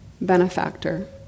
benefactor